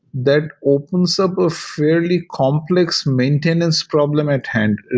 that opens up a fairly complex maintenance problem at hand.